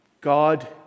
God